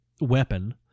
weapon